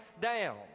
down